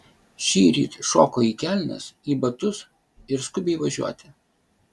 šįryt šoko į kelnes į batus ir skubiai važiuoti